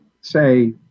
say